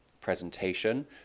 presentation